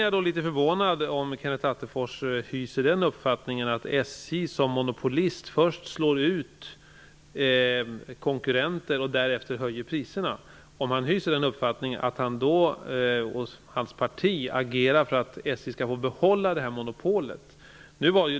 Jag blir förvånad om Kenneth Attefors hyser uppfattningen att SJ som monopolist först slår ut konkurrenter och sedan höjer priserna, eftersom hans parti har agerat för att SJ skall få behålla detta monopol.